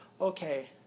Okay